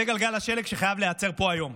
זה כדור השלג שחייב להיעצר פה היום.